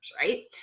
right